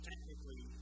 Technically